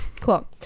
cool